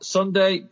Sunday